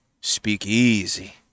Speakeasy